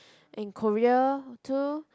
and Korea too